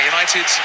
United